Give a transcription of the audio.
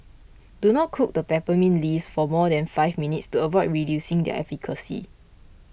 do not cook the peppermint leaves for more than five minutes to avoid reducing their efficacy